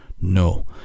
no